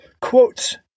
quotes